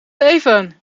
even